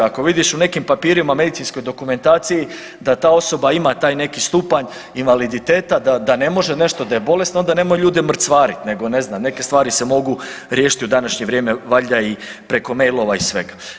Ako vidiš u nekim papirima, medicinskoj dokumentaciji da ta osoba ima taj neki stupanj invaliditeta, da ne može nešto, da je bolesna onda nemoj ljude mrcvarit nego ne znam neke stvari se mogu riješiti u današnje vrijeme, valjda i preko mailova i svega.